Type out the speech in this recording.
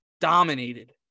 dominated